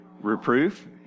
Reproof